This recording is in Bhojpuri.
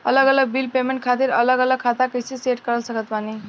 अलग अलग बिल पेमेंट खातिर अलग अलग खाता कइसे सेट कर सकत बानी?